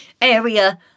area